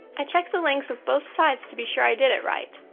i check the length of both sides to be sure i did it right.